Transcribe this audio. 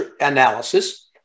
analysis